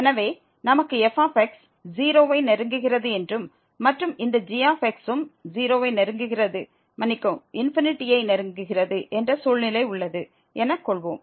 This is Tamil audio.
எனவே f 0 வை நெருங்குகிறது என்றும் மற்றும் இந்த g ம் 0 வை நெருங்குகிறது மன்னிக்கவும் யை நெருங்குகிறது என்ற சூழ்நிலை உள்ளது என கொள்வோம்